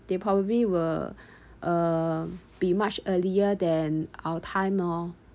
they probably will um be much earlier than our time lor